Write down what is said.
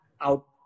out